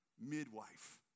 midwife